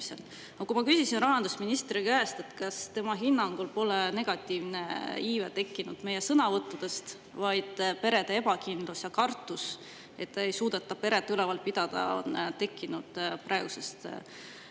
kui ma küsisin rahandusministri käest, kas tema hinnangul pole negatiivne iive tekkinud [siiski mitte] meie sõnavõttudest, vaid perede ebakindlus ja kartus, et ei suudeta peret üleval pidada, on tekkinud praegusest